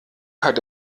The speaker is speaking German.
hat